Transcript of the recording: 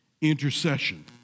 intercession